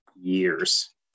years